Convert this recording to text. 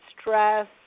stress